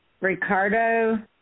Ricardo